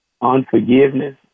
unforgiveness